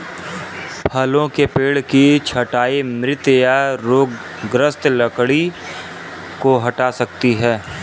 फलों के पेड़ की छंटाई मृत या रोगग्रस्त लकड़ी को हटा सकती है